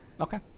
okay